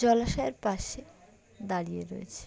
জলাশয়ের পাশে দাঁড়িয়ে রয়েছি